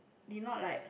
did not like